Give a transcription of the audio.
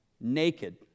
naked